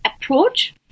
approach